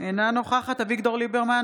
אינה נוכחת אביגדור ליברמן,